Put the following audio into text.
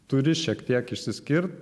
turi šiek tiek išsiskirt